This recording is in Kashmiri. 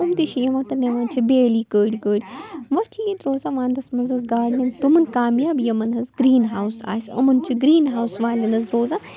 یِم تہِ چھِ یِوان تہٕ نِوان چھِ بیٛٲلی کٔڑۍ کٔڑۍ وۄنۍ چھِ ییٚتہِ روزان وَنٛدَس منٛز حظ گارڈنِنٛگ تِمَن کامیاب یِمَن حظ گرٛیٖن ہاوُس آسہِ یِمَن چھِ گرٛیٖن ہاوُس والٮ۪ن حظ روزان